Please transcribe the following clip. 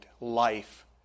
life